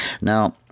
Now